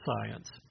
science